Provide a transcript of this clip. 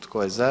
Tko je za?